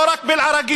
לא רק באל-עראקיב.